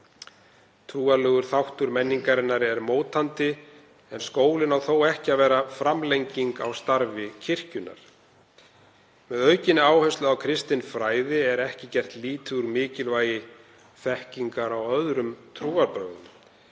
Trúarlegur þáttur menningarinnar er mótandi en skólinn á þó ekki að vera framlenging á starfi kirkjunnar. Með aukinni áherslu á kristinfræði er ekki gert lítið úr mikilvægi þekkingar á öðrum trúarbrögðum.